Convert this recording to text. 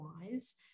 wise